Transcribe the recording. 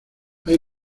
hay